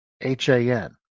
H-A-N